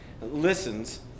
listens